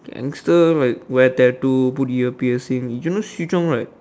gangster like wear tattoo put ear piercing you know she drunk right